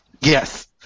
Yes